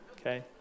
Okay